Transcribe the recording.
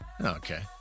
Okay